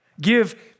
Give